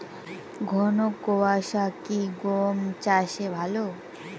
ঘন কোয়াশা কি গম চাষে ভালো?